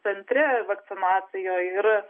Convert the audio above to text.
centre vakcinacijoj ir